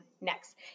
next